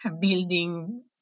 building